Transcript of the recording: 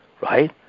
right